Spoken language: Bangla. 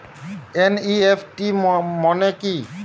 এন.ই.এফ.টি মনে কি?